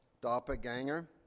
doppelganger